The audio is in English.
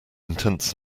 intents